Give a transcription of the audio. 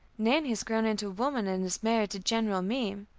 nannie has grown into a woman and is married to general meem.